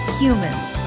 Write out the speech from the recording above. humans